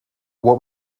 what